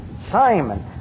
simon